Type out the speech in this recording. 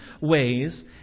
ways